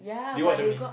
do you watch Germany